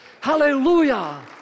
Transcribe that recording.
Hallelujah